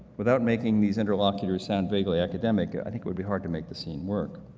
without making these interlocutors sound vaguely academic, i think would be hard to make the scene work.